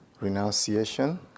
renunciation